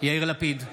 יאיר לפיד,